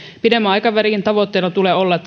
pidemmän aikavälin tavoitteena tulee olla